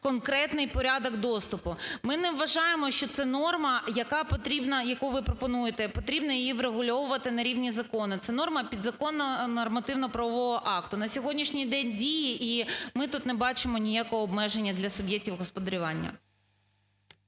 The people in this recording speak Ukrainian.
конкретний порядок доступу. Ми не вважаємо, що це норма, яка потрібна, яку ви пропонуєте, потрібно її врегульовувати на рівні закону. Це норма підзаконного нормативно-правового акта на сьогоднішній день діє, і ми тут не бачимо ніякого обмеження для суб'єктів господарювання.